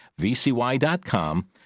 vcy.com